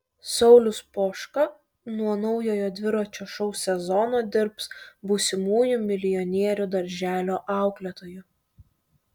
saulius poška nuo naujojo dviračio šou sezono dirbs būsimųjų milijonierių darželio auklėtoju